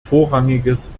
vorrangiges